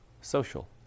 social